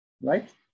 right